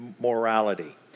morality